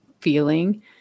feeling